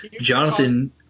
Jonathan